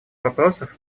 вопросов